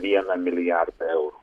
vieną milijardą eurų